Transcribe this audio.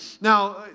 Now